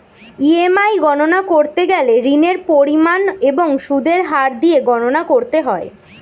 EMI গণনা করতে গেলে ঋণের পরিমাণ এবং সুদের হার দিয়ে গণনা করতে হয়